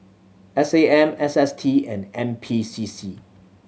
S A M S S T and N P C C